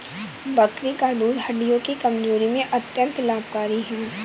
बकरी का दूध हड्डियों की कमजोरी में अत्यंत लाभकारी है